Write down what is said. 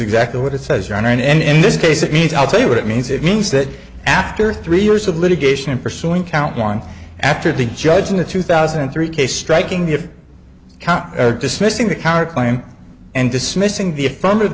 exactly what it says are an end in this case it means i'll tell you what it means it means that after three years of litigation in pursuing count one after the judge in the two thousand and three case striking the count dismissing the counterclaim and dismissing the affirmative